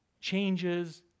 changes